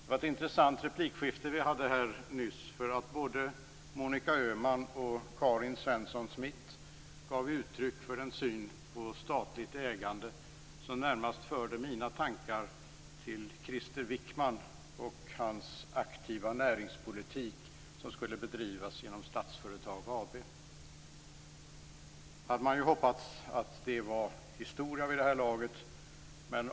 Herr talman! Det var ett intressant replikskifte vi hade här nyss. Både Monica Öhman och Karin Svensson Smith gav uttryck för en syn på statligt ägande som närmast förde mina tankar till Krister Wickman och hans aktiva näringspolitik som skulle bedrivas genom Statsföretag AB. Man hade ju hoppats att det var historia vid det här laget.